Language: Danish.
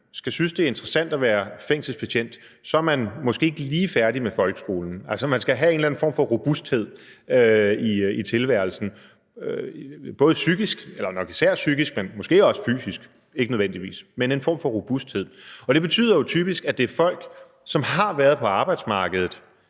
skal synes, at det er interessant at være fængselsbetjent, er man måske ikke lige blevet færdig med folkeskolen. Altså, man skal have en eller form for robusthed i tilværelsen, nok især psykisk, men måske også – men ikke nødvendigvis – fysisk, og det betyder jo typisk, at det er folk, som har været på arbejdsmarkedet